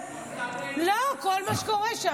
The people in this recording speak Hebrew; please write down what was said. לצערנו, לא, כל מה שקורה שם.